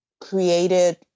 created